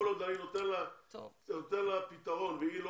כל עוד אני נותן לה פתרון והיא לא